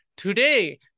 Today